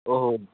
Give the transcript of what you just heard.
ଓହୋ